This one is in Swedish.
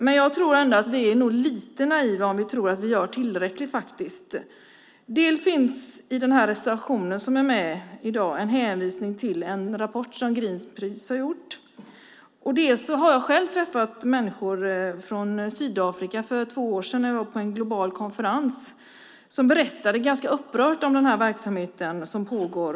Men jag tror ändå att vi är lite naiva om vi tror att vi gör tillräckligt. I den här reservationen finns det en hänvisning till en rapport som Greenpeace har gjort. Och för två år sedan, när jag var på en global konferens, träffade jag själv människor från Sydafrika som ganska upprört berättade om den verksamhet som pågår.